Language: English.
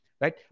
right